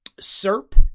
SERP